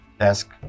desk